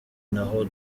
n’aho